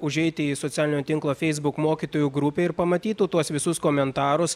užeiti į socialinio tinklo facebook mokytojų grupę ir pamatytų tuos visus komentarus